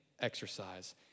exercise